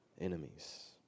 enemies